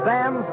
Sam